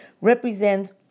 represent